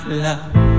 love